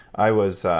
i was.